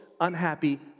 unhappy